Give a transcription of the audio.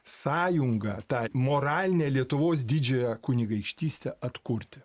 sąjungą tą moralinę lietuvos didžiąją kunigaikštystę atkurti